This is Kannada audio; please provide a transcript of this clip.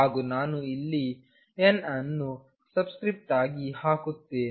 ಹಾಗೂ ನಾನು ಇಲ್ಲಿ n ಅನ್ನು ಸಬ್ಸ್ಕ್ರಿಪ್ಟ್ ಆಗಿ ಹಾಕುತ್ತೇನೆ